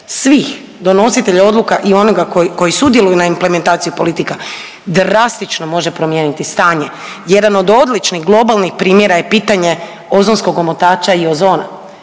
svih donositelja odluka i onoga koji sudjeluju na implementaciju politika drastično može promijeniti stanje. Jedan od odličnih globalnih primjera je pitanje ozonskog omotača i ozona.